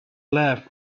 laughed